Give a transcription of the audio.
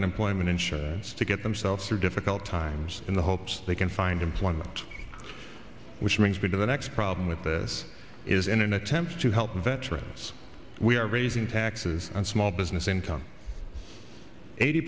unemployment insurance to get themselves through difficult times in the hopes they can find employment which brings me to the next problem with this is in an attempt to help veterans we are raising taxes on small business income eighty